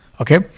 Okay